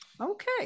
okay